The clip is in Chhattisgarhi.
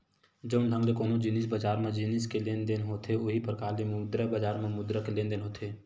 जउन ढंग ले कोनो जिनिस बजार म जिनिस के लेन देन होथे उहीं परकार ले मुद्रा बजार म मुद्रा के लेन देन होथे